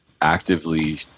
actively